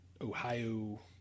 Ohio